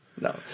No